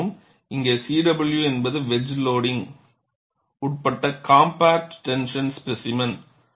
மன்னிக்கவும் இங்கே இது C W என்பது வெஜ் லோடிங்க் உட்பட்ட காம்பாக்ட் டென்ஷன் ஸ்பேசிமென்